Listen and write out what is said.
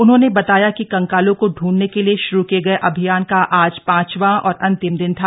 उन्होंने बताया कि कंकालों को दृढंने के लिए शुरू किए अभियान का आज पांचवां और अंतिम दिन था